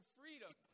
freedom